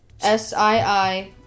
S-I-I